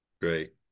Great